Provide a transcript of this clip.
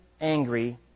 angry